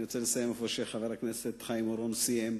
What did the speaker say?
אני רוצה להתחיל איפה שחבר הכנסת חיים אורון סיים.